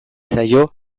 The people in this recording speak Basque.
zaio